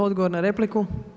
Odgovor na repliku.